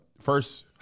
first